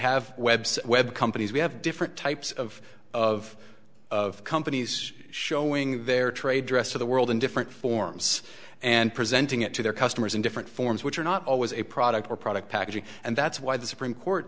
have website web companies we have different types of of of companies showing their trade dress to the world in different forms and presenting it to their customers in different forms which are not always a product or product packaging and that's why the supreme court